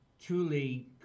truly